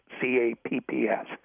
C-A-P-P-S